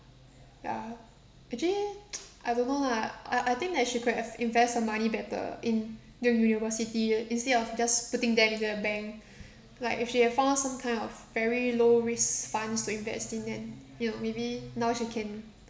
ya actually I don't know lah I I think that she could have invest her money better in than university year instead of just putting them into the bank like if she had found some kind of very low risk funds to invest in then you know maybe now she can